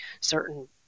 certain